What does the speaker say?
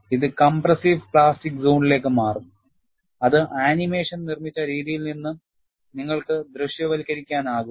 ഇത് compressive plastic സോണിലേക്ക് മാറും അത് ആനിമേഷൻ നിർമ്മിച്ച രീതിയിൽ നിന്ന് നിങ്ങൾക്ക് ദൃശ്യവൽക്കരിക്കാനാകും